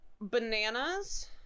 Bananas